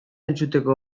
entzuteko